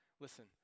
Listen